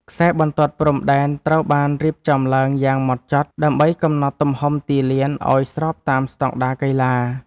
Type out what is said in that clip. ខ្សែបន្ទាត់ព្រំដែនត្រូវបានរៀបចំឡើងយ៉ាងហ្មត់ចត់ ដើម្បីកំណត់ទំហំទីលានឱ្យស្របតាមស្ដង់ដារកីឡា។